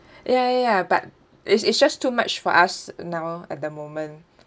ya ya ya but it's it's just too much for us now at the moment